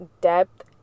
depth